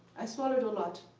i swallowed a lot.